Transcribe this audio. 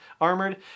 armored